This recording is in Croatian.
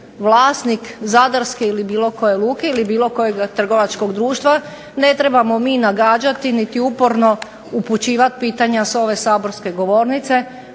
vlasnik zadarske ili bilo koje luke ili bilo kojeg trgovačkog društva ne trebamo mi nagađati niti uporno upućivati pitanja sa ove saborske govornice.